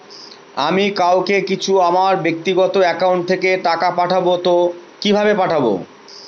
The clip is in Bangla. আমি কাউকে কিছু আমার ব্যাক্তিগত একাউন্ট থেকে টাকা পাঠাবো তো কিভাবে পাঠাবো?